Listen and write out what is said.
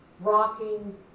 Rocking